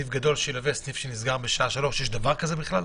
סניף גדול שילווה סניף שנסגר בשעה 15:00. האם יש דבר כזה בכלל?